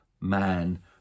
man